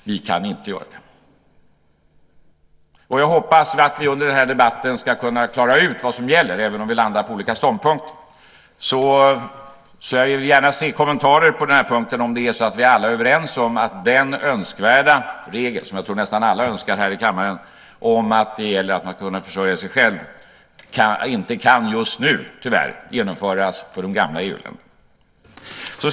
Vi kan inte göra det. Jag hoppas att vi under den här debatten ska kunna klara ut vad som gäller, även om vi landar på olika ståndpunkter. Jag vill gärna höra kommentarer på den här punkten. Är det så att vi alla är överens om att den önskvärda regeln - jag tror att nästan alla här i kammaren önskar den - att man ska kunna försörja sig själv tyvärr inte just nu kan genomföras för de gamla EU-länderna?